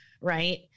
right